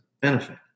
benefit